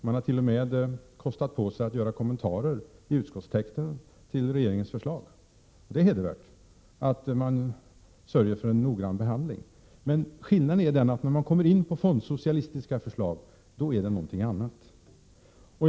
Man har t.o.m. kostat på sig att i utskottstexten göra kommentarer till regeringens förslag. Det är hedervärt att man sörjer för en noggrann behandling, men när man kommer in på fondsocialistiska förslag är det något annat som kommer in.